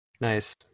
nice